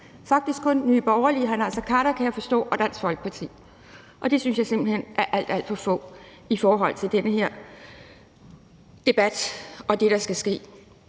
faktisk kun Nye Borgerlige, hr. Naser Khader – kan jeg forstå – og Dansk Folkeparti. Og det synes jeg simpelt hen er alt, alt for få i forhold til den her debat og det, der skal ske.